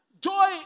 Joy